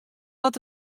wat